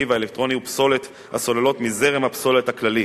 והאלקטרוני ופסולת הסוללות מזרם הפסולת הכללי,